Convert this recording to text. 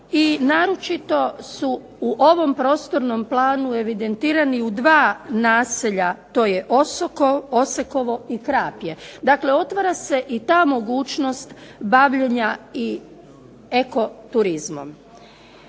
i naročito su u ovom prostornom planu evidentirani u dva naselja, to je Osekovo i Krapje. Dakle, otvara se i ta mogućnost bavljenja i eko turizmom.